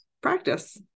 practice